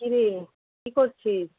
কিরে কী করছিস